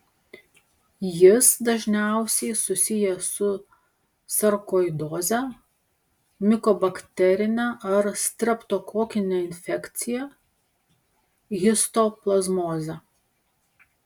jis dažniausiai susijęs su sarkoidoze mikobakterine ar streptokokine infekcija histoplazmoze